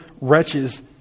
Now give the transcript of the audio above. wretches